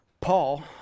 Paul